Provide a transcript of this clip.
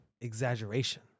Exaggeration